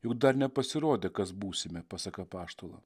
juk dar nepasirodė kas būsime pasak apaštalo